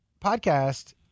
podcast